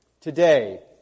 today